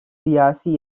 siyasi